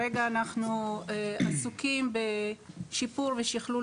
היום אנחנו עסוקים בשיפור ושכלול